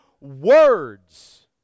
words